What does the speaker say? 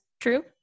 true